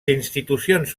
institucions